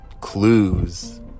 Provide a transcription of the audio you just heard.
clues